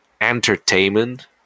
entertainment